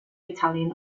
italian